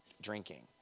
drinking